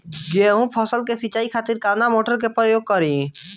गेहूं फसल के सिंचाई खातिर कवना मोटर के प्रयोग करी?